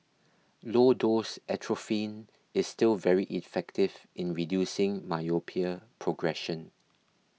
low dose atropine is still very effective in reducing myopia progression